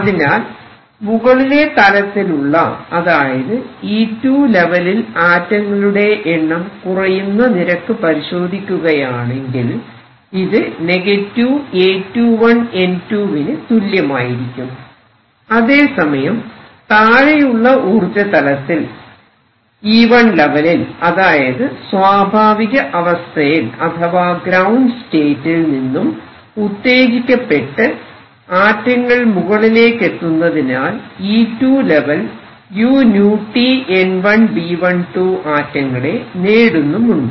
അതിനാൽ മുകളിലെ തലത്തിലുള്ള അതായത് E2 ലെവലിൽ ആറ്റങ്ങളുടെ എണ്ണം കുറയുന്ന നിരക്ക് പരിശോധിക്കുകയാണെങ്കിൽ ഇത് A21N2 ന് തുല്യമായിരിക്കും അതേ സമയം താഴെയുള്ള ഊർജതലത്തിൽ E1 ലെവലിൽ അതായത് സ്വാഭാവിക അവസ്ഥയിൽ അഥവാ ഗ്രൌണ്ട് സ്റ്റേറ്റിൽ നിന്നും ഉത്തേജിക്കപ്പെട്ട് ആറ്റങ്ങൾ മുകളിലേക്കെത്തുന്നതിനാൽ E2 ലെവൽ uTN1B12 ആറ്റങ്ങളെ നേടുന്നുമുണ്ട്